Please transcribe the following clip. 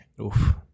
Oof